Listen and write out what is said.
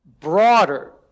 broader